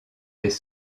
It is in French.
des